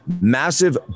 Massive